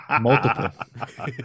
Multiple